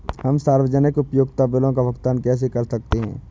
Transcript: हम सार्वजनिक उपयोगिता बिलों का भुगतान कैसे कर सकते हैं?